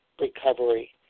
recovery